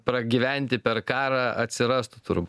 pragyventi per karą atsirastų turbūt